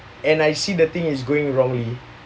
and I see the thing is going wrongly